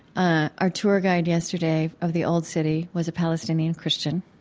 ah our tour guide yesterday of the old city was a palestinian christian.